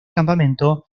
campamento